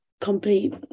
complete